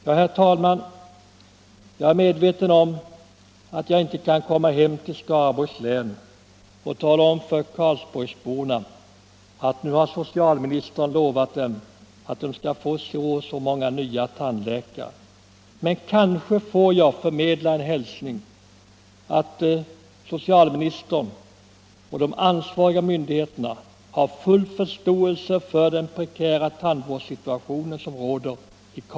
Jag är, herr talman, medveten om att jag inte kan komma hem till Skaraborgs län och tala om för karlsborgsborna att nu har socialministern lovat dem att de skall få så och så många nya tandläkare, men kanske får jag förmedla en hälsning att socialministern och de ansvariga myn digheterna har full förståelse för den prekära tandvårdssituation som råder — Nr 15 i Karlsborgsbygden och att åtgärder skall vidtagas i syfte att förbättra tandvårdsmöjligheterna för berörda invånare i denna bygd. Denna interpellation har, herr talman, varit ett led i strävan att kanalisera den oro och det missnöje som råder inför tandvårdssituationen i Karlsborgs Om översyn av bygden. etableringsbestäm Jag ber att än en gång få tacka för svaret. melserna för privatpraktiserande Herr socialministern ASPLING: tandläkare Herr talman!